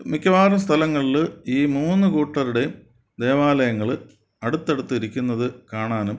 മിക്കവാറും സ്ഥലങ്ങളിൽ ഈ മൂന്നുകൂട്ടരുടെയും ദേവാലയങ്ങൾ അടുത്തടുത്തിരിക്കുന്നതു കാണാനും